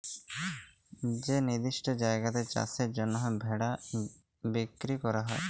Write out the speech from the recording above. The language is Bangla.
যে লিরদিষ্ট জায়গাতে চাষের জ্যনহে ভেড়া বিক্কিরি ক্যরা হ্যয়